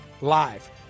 live